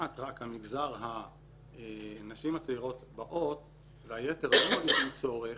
כמעט רק מגזר הנשים הצעירות באות והיתר לא מרגישים צורך,